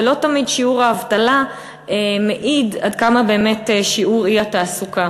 ולא תמיד שיעור האבטלה מעיד מה באמת שיעור האי-תעסוקה.